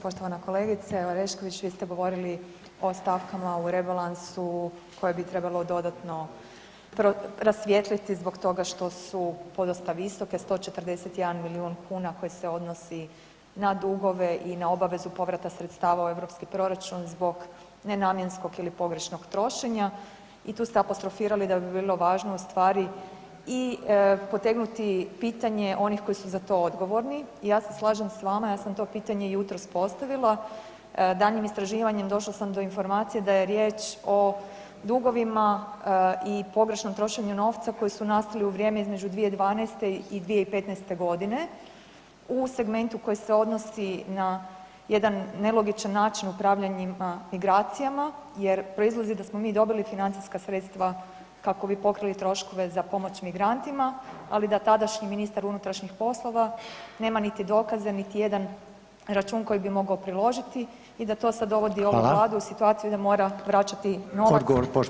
Poštovana kolegice Orešković, vi ste govorili o stavkama u rebalansu koje bi trebalo dodatno rasvijetliti zbog toga što su podosta visoke, 141 milijuna kuna koje se odnosi na dugove i na obavezu povrata sredstava u europski proračun zbog nenamjenskog ili pogrešnog trošenja i tu ste apostrofirali da bi bilo važno ustvari i potegnuti pitanje onih kojih su za to odgovorni i ja se slažem s vama, ja sam to pitanje jutros postavila, daljnjim istraživanjem došla sam do informacija da je riječ o dugovima i pogrešnom trošenju novca koji su nastali u vrijeme između 2012. i 2015. g. u segmentu koji se odnosi na jedan nelogičan upravljanjima migracijama jer proizlazi da smo mi dobili financijska sredstva kako bi pokrili troškove za pomoć migrantima ali da tadašnji ministar unutrašnjih poslova nema niti dokaze niti jedan račun koji bi mogao priložiti i da to sad dovodi [[Upadica Reiner: Hvala.]] ovu Vladu u situaciju da mora vraćati novac koji smo opravdano dobili.